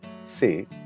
say